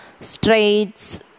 straits